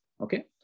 Okay